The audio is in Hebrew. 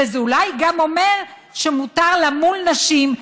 וזה אולי גם אומר שמותר למוּל נשים,